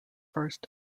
first